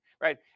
right